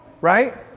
Right